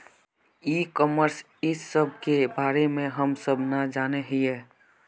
ई commerce इस सब के बारे हम सब ना जाने हीये?